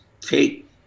take